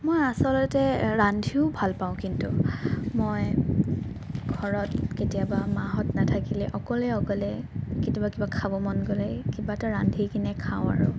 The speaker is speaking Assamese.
মই আচলতে ৰান্ধিও ভাল পাওঁ কিন্তু মই ঘৰত কেতিয়াবা মাহঁত নাথাকিলে অকলে অকলে কেতিয়াবা কিবা খাব মন গ'লে কিবা এটা ৰান্ধি কিনে খাওঁ আৰু